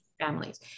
families